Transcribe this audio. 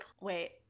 wait